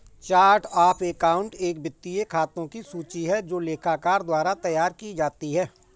chart of account एक वित्तीय खातों की सूची है जो लेखाकार द्वारा तैयार की जाती है